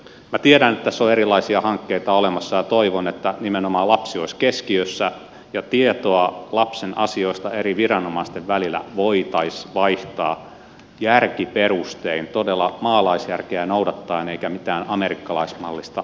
minä tiedän että tässä on erilaisia hankkeita olemassa ja toivon että nimenomaan lapsi olisi keskiössä ja tietoa lapsen asioista eri viranomaisten välillä voitaisiin vaihtaa järkiperustein todella maalaisjärkeä noudattaen eikä mitään amerikkalaismallista pykälänikkarointia noudattaen